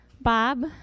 Bob